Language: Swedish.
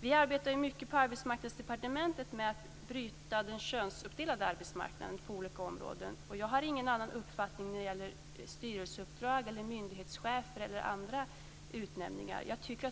Vi arbetar på Arbetsmarknadsdepartementet mycket med att bryta den könsuppdelade arbetsmarknaden på olika områden. Jag har ingen annan uppfattning när det gäller styrelseuppdrag, myndighetschefer eller andra utnämningar.